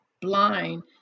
blind